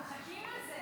בטח, אנחנו מחכים לזה